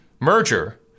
merger